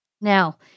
Now